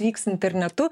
vyks internetu